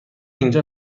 اینجا